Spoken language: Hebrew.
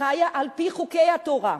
חיה על-פי חוקי התורה.